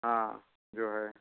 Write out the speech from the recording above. हाँ जो है